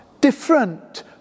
different